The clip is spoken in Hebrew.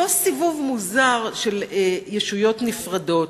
אותו פיצול מוזר של ישויות נפרדות.